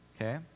Okay